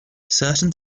certain